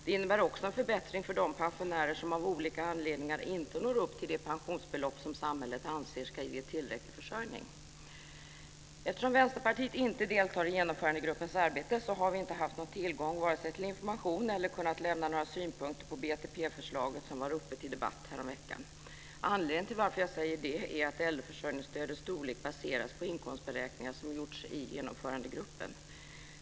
Det innebär också en förbättring för de pensionärer som av olika anledningar inte når upp till det pensionsbelopp som samhället anser ska ge tillräcklig försörjning. Eftersom Vänsterpartiet inte deltar i Genomförandegruppens arbete har vi vare sig haft tillgång till information eller kunnat lämna några synpunkter på BTP-förslaget, som var uppe till debatt häromveckan. Anledningen till att jag säger det är att äldreförsörjningsstödets storlek baseras på inkomstberäkningar som gjorts i Genomförandegruppen.